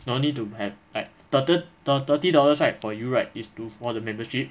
no need to have like thirt~ the thirty dollars for you right is for the membership